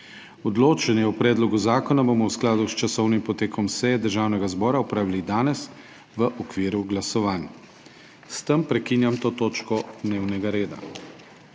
Odločanje o predlogu zakona bomo v skladu s časovnim potekom seje Državnega zbora opravili danes v okviru glasovanj. S tem prekinjam to točko dnevnega reda.